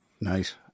Nice